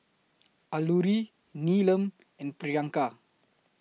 Alluri Neelam and Priyanka